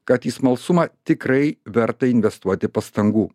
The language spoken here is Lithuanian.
kad į smalsumą tikrai verta investuoti pastangų